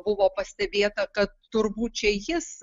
buvo pastebėta kad turbūt čia jis